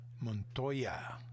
Montoya